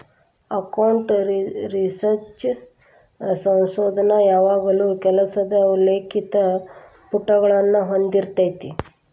account research ಸಂಶೋಧನ ಯಾವಾಗಲೂ ಕೆಲಸದ ಉಲ್ಲೇಖಿತ ಪುಟವನ್ನ ಹೊಂದಿರತೆತಿ